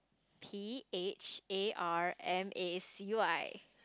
P H A R M A C Y